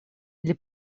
для